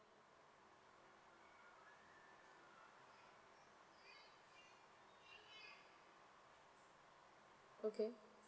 okay